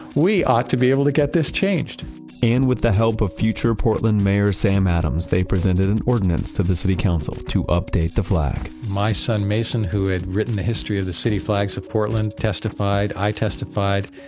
we ought to be able to get this changed and with the help of future portland mayor sam adams, they presented an ordinance to the city council to update the flag my son, mason, who had written the history of the city flags of portland, testified. i testified.